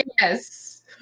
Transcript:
yes